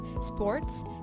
sports